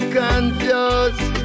confused